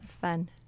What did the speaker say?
Fun